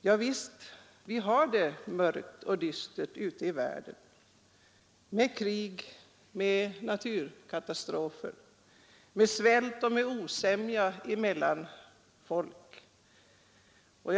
Och visst är det mörkt och dystert i världen med krig och naturkatastrofer, med svält och med osämja mellan folken.